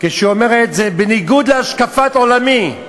כשהיא אמרה: זה בניגוד להשקפת עולמי.